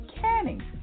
canning